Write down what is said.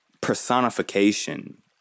personification